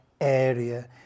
area